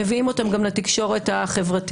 מביאים אותם גם לרשתות החברתיות.